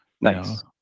Nice